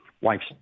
wife's